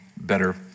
better